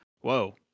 whoa